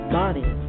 body